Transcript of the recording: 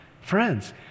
Friends